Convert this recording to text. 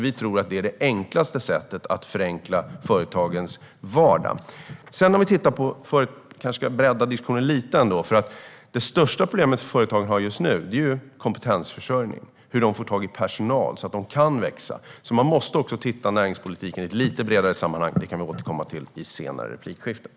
Vi tror att det är det enklaste sättet att förenkla företagens vardag. Låt mig bredda diskussionen lite. Det största problemet företagen har just nu är kompetensförsörjning, det vill säga att få tag i personal så att de kan växa. Man måste också titta på näringspolitiken i ett lite bredare sammanhang, men det kan vi återkomma till i senare inlägg.